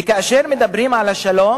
וכאשר מדברים על השלום